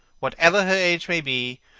whatever her age may be,